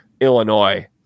Illinois